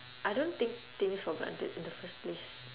I don't take things for granted in the first place